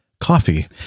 coffee